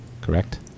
correct